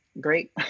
great